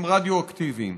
הם רדיואקטיביים.